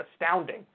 astounding